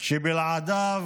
שבלעדיו